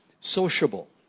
sociable